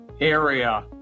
area